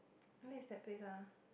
where is that place ah